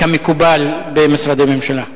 כמקובל במשרדי הממשלה.